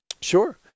Sure